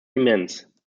immense